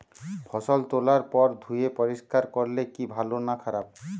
ফসল তোলার পর ধুয়ে পরিষ্কার করলে কি ভালো না খারাপ?